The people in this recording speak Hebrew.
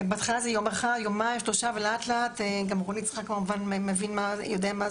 זה יום-יומיים, ולאט-לאט - זה נורא.